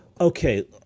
okay